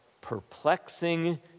perplexing